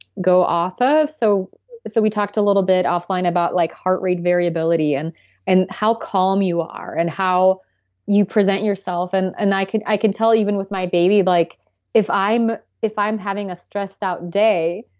go off of. so so we talked a little bit offline about like heart rate variability and and how calm you are and how you present yourself. and and i can i can tell even with my baby. like if i'm if i'm having a stressed-out day.